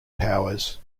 powers